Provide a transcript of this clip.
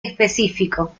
específico